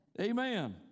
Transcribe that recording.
Amen